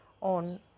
on